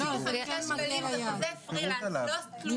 165 שקלים זה חוזה פרילנס, זה לא תלוש משכורת.